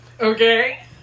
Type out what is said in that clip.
Okay